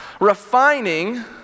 Refining